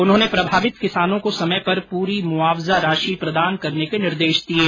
उन्होंने प्रभावित किसानों को समय पर पूरी मुआवजा राशि प्रदान करने के निर्देश दिये